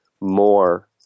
more